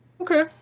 okay